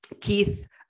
Keith